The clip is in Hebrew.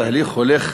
התהליך הולך